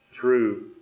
true